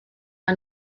mae